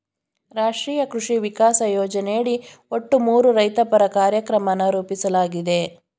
ರಾಷ್ಟ್ರೀಯ ಕೃಷಿ ವಿಕಾಸ ಯೋಜನೆಯಡಿ ಒಟ್ಟು ಮೂರು ರೈತಪರ ಕಾರ್ಯಕ್ರಮನ ರೂಪಿಸ್ಲಾಗಿದೆ